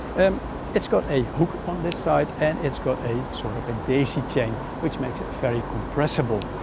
and it's got a hook on this side and it's got a sort of a daisy chain which makes it very compressible.